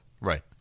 Right